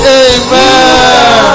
amen